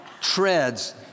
treads